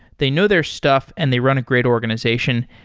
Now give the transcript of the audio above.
they know their stuff and they run a great organization.